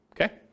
okay